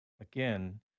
again